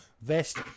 vest